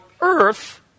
earth